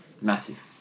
Massive